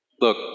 look